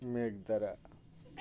Meghalaya